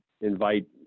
invite